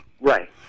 Right